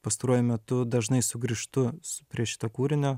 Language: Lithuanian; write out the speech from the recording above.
pastaruoju metu dažnai sugrįžtu prie šito kūrinio